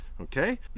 okay